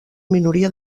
minoria